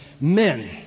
men